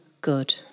good